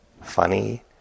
funny